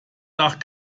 nach